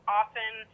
often